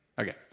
Okay